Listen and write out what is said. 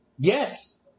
Yes